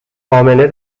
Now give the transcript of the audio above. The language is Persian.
امنه